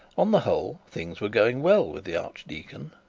on the whole things were going well with the archdeacon,